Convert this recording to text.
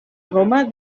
roma